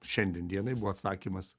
šiandien dienai buvo atsakymas